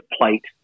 plate